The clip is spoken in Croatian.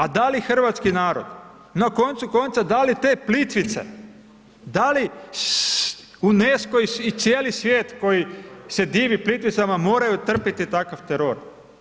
A da li hrvatski narod na koncu konca, da li te Plitvice, da li UNESCO i cijeli svijet koji se divi Plitvicama moraju trpiti takav teror?